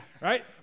right